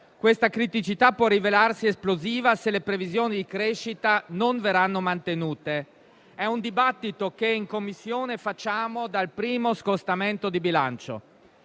questa criticità può rivelarsi esplosiva, se le previsioni di crescita non verranno mantenute. È un dibattito che in Commissione facciamo dal primo scostamento di bilancio.